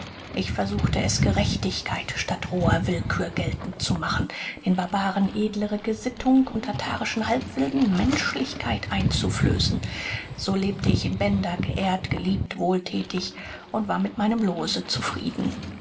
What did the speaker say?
ich versuchte es gerechtigkeit statt roher willkür geltend zu machen den barbaren edlere gesittung und tatarischen halbwilden menschlichkeit einzuflößen so lebte ich in bender geehrt geliebt wohlthätig und war mit meinem loose zufrieden